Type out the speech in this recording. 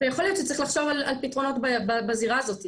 יכול להיות שצריך לחשוב על פתרונות בזירה הזאת,